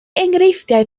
enghreifftiau